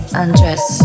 undress